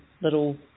little